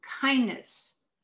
kindness